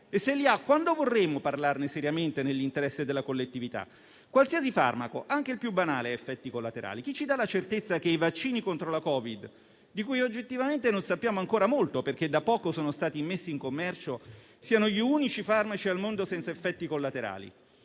E se li ha, quando vogliamo parlarne seriamente nell'interesse della collettività? Qualsiasi farmaco, anche il più banale, ha effetti collaterali. Chi ci dà la certezza che i vaccini contro la Covid, di cui oggettivamente non sappiamo ancora molto perché da poco sono stati messi in commercio, siano gli unici farmaci al mondo senza effetti collaterali?